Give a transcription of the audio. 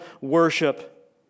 worship